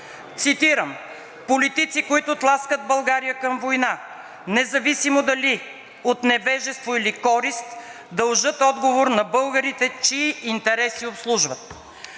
Цитирам: „Политици, които тласкат България към война, независимо дали от невежество, или корист, дължат отговор на българите чии интереси обслужват.“